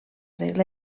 regla